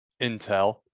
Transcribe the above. intel